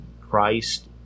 Christ